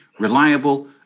reliable